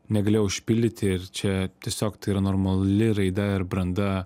negalėjau užpildyti ir čia tiesiog tai yra normali raida ir branda